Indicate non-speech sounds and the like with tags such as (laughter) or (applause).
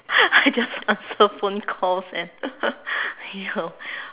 I just answer phone calls and (laughs) you know